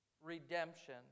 Redemption